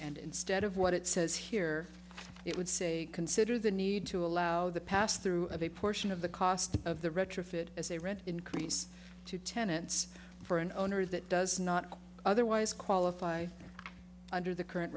and instead of what it says here it would say consider the need to allow the pass through of a portion of the cost of the retrofit as a rent increase to tenants for an owner that does not otherwise qualify under the current